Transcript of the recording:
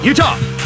Utah